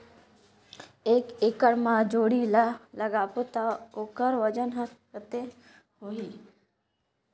एक एकड़ मा जोणी ला लगाबो ता ओकर वजन हर कते होही?